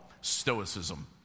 Stoicism